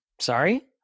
sorry